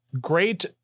great